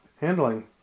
handling